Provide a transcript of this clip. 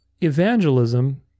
evangelism